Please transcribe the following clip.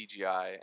CGI